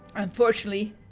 unfortunately,